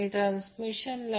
तर Ic VCN ZC आहे